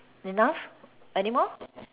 enough anymore